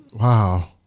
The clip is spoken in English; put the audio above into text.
Wow